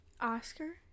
Oscar